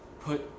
put